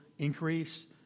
increase